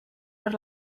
per